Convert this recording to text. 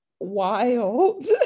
wild